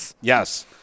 Yes